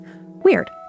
Weird